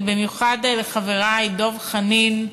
ובמיוחד לחברי חבר הכנסת דב חנין,